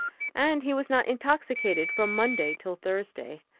and he was not intoxicated from monday till thursday.